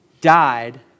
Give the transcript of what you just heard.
died